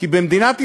כי במדינת ישראל,